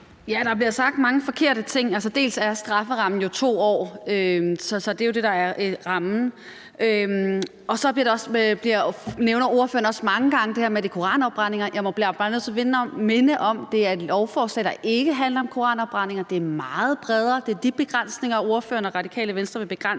Der bliver sagt mange forkerte ting. Strafferammen er jo 2 år. Det er det, der er rammen, og så nævner ordføreren mange gange det her med, at det er koranafbrændinger. Jeg bliver bare nødt til at minde om, at det er et lovforslag, der ikke handler om koranafbrændinger. Det er meget bredere. Det er de ting, ordføreren og Radikale Venstre vil begrænse,